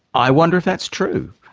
i wonder if that's true?